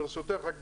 ברשותך,